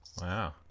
Wow